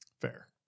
fair